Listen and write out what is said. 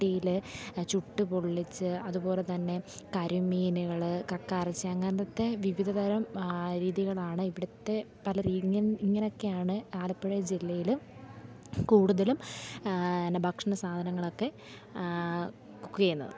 ചട്ടിയിൽ ചുട്ടു പൊള്ളിച്ച് അതുപോലെ തന്നെ കരിമീനുകൾ കക്ക ഇറച്ചി അങ്ങനത്തെ വിവിധ തരം രീതികളാണ് ഇവിടത്തെ പല ഇങ്ങനെയൊക്കെയാണ് ആലപ്പുഴ ജില്ലയിൽ കൂടുതലും എന്നാൽ ഭക്ഷണ സാധനങ്ങളൊക്കെ കുക്ക് ചെയ്യുന്നത്